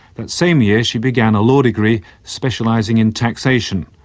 that same year she began a law degree, specialising in taxation,